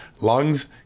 lungs